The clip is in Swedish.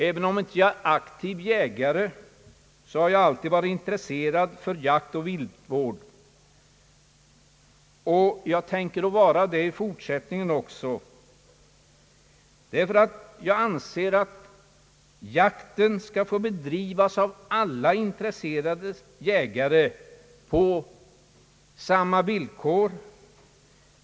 även om jag inte är aktiv jägare har jag alltid varit intresserad av jaktoch viltvård. Jag tänker intressera mig för dessa frågor även i fortsättningen, ty jag anser att jakt skall få bedrivas av alla intresserade jägare på samma villkor.